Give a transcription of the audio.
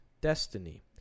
destiny